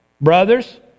Brothers